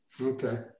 Okay